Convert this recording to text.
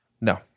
No